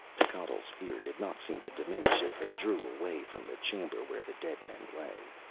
techotl's fear did not seem to diminish as they drew away from the chamber where the dead men lay.